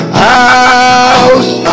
house